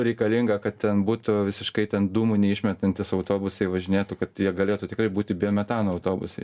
reikalinga kad ten būtų visiškai ten dūmų neišmetantys autobusai važinėtų kad jie galėtų tikrai būti biometano autobusai